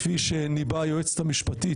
כפי שניבאה היועצת המשפטית,